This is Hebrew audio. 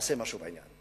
תעשה משהו בעניין.